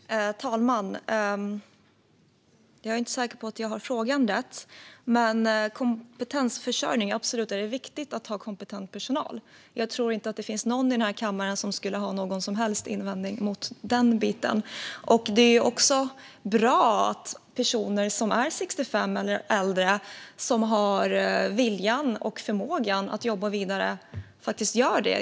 Fru talman! Jag är inte säker på att jag hörde frågan rätt, men det är absolut viktigt med kompetensförsörjning och att ha kompetent personal. Jag tror inte att det finns någon i den här kammaren som skulle ha någon som helst invändning mot det. Det är också bra att personer som är 65 eller äldre och som har viljan och förmågan att jobba vidare faktiskt gör det.